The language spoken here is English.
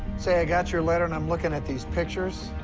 say, i got your letter and i'm looking at these pictures.